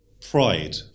pride